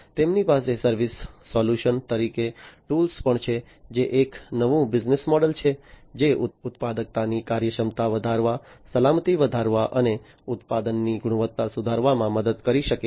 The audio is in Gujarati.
તેમની પાસે સર્વિસ સોલ્યુશન તરીકે ટૂલ્સ પણ છે જે એક નવું બિઝનેસ મોડલ છે જે ઉત્પાદકતાની કાર્યક્ષમતા વધારવા સલામતી વધારવા અને ઉત્પાદનની ગુણવત્તા સુધારવામાં મદદ કરી શકે છે